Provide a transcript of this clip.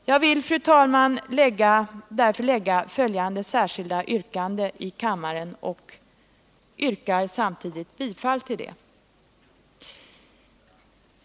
Jag vill framställa följande särskilda yrkande, som har delats ut i kammaren.